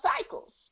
cycles